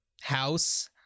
house